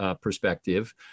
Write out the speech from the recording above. perspective